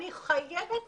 אני חייבת